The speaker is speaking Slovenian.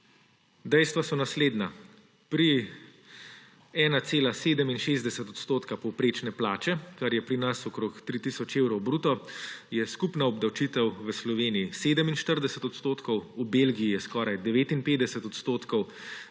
Dejstva so naslednja: pri 1,67 odstotka povprečne plače, kar je pri nas okoli 3 tisoč evrov bruto, je skupna obdavčitev v Sloveniji 47 odstotkov, v Belgiji je skoraj 59 odstotkov,